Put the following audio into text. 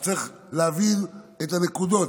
אז צריך להבין את הנקודות.